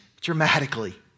dramatically